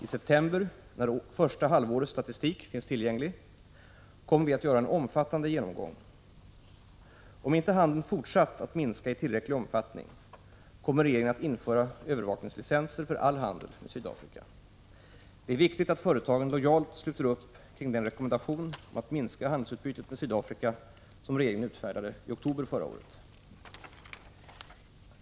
I september, när första halvårets statistik finns tillgänglig, kommer vi att göra en omfattande genomgång. Om inte handeln fortsatt att minska i tillräcklig omfattning, kommer regeringen att införa övervakningslicenser för all handel med Sydafrika. Det är viktigt att företagen lojalt sluter upp kring den rekommendation om att minska handelsutbytet med Sydafrika som regeringen utfärdade i oktober förra året.